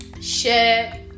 share